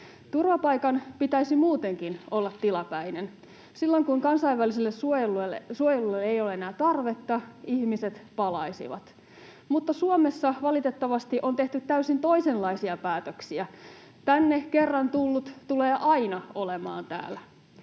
Turvapaikan pitäisi muutenkin olla tilapäinen: silloin, kun kansainväliselle suojelulle ei ole enää tarvetta, ihmiset palaisivat. Mutta Suomessa valitettavasti on tehty täysin toisenlaisia päätöksiä: tänne kerran tullut tulee aina olemaan täällä.